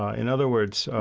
ah in other words,